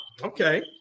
okay